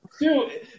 Dude